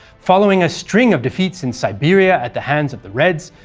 following a string of defeats in siberia at the hands of the reds,